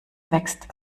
wächst